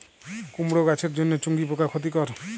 কুমড়ো গাছের জন্য চুঙ্গি পোকা ক্ষতিকর?